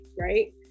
right